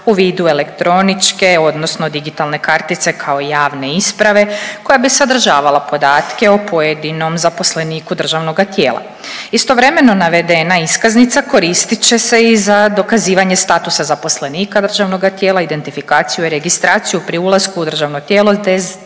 u vidu elektroničke odnosno digitalne kartice kao javne isprave koja bi sadržavala podatke o pojedinom zaposleniku državnoga tijela. Istovremeno navedena iskaznica koristit će se i za dokazivanje statusa zaposlenika državnog tijela, identifikaciju i registraciju pri ulasku u državno tijelo